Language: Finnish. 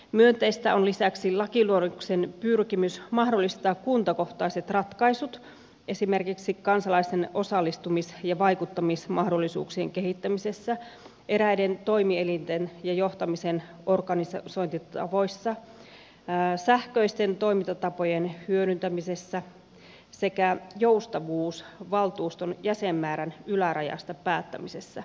myönteistä on lisäksi lakiluonnoksen pyrkimys mahdollistaa kuntakohtaiset ratkaisut esimerkiksi kansalaisen osallistumis ja vaikuttamismahdollisuuksien kehittämisessä eräiden toimielinten ja johtamisen organisointitavoissa sähköisten toimintatapojen hyödyntämisessä sekä joustavuus valtuuston jäsenmäärän ylärajasta päättämisessä